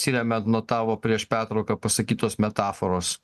atsiremiant nuo tavo prieš pertrauką pasakytos metaforos